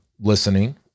listening